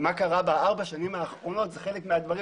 מה קרה בארבע השנים האחרונות זה חלק מהדברים